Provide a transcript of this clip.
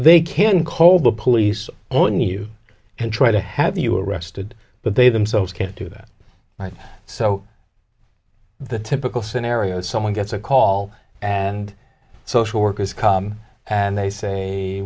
they can call the police on you and try to have you arrested but they themselves can't do that so the typical scenario is someone gets a call and social workers come and they say